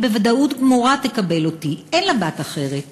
היא בוודאות גמורה תקבל אותי, אין לה בת אחרת.